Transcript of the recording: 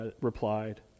replied